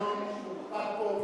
התקנון מוקפד פה,